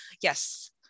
yes